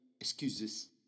excuses